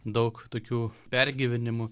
daug tokių pergyvenimų